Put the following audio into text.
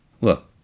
Look